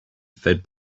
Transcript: fed